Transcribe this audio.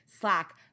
Slack